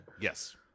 Yes